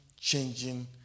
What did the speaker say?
changing